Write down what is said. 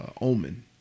Omen